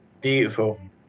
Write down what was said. beautiful